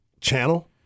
channel